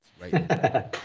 Right